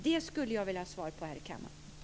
Jag skulle vilja få svar på den frågan här i kammaren.